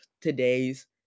today's